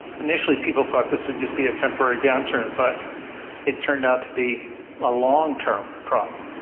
initially people thought this would just be a temporary downturn, but it turned out to be a long-term problem.